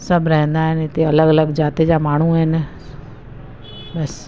सभु रहंदा हिन हिते अलॻि अलॻि जात जा माण्हू आहिनि बसि